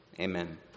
amen